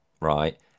right